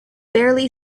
barely